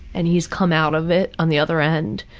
and he's come out of it on the other end,